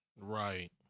Right